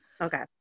Okay